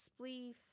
spleef